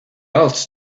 else